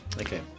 Okay